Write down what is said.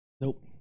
Nope